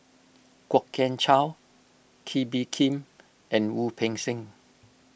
Kwok Kian Chow Kee Bee Khim and Wu Peng Seng